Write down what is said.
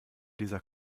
dieser